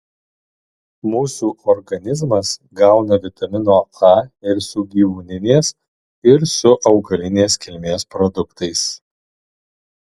mūsų organizmas gauna vitamino a ir su gyvūninės ir su augalinės kilmės produktais